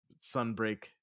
Sunbreak